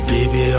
Baby